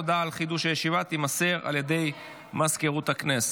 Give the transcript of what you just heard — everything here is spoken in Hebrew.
הודעה על חידוש הישיבה תימסר על ידי מזכירות הכנסת.